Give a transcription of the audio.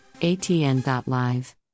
ATN.Live